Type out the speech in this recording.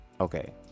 okay